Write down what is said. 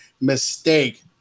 mistake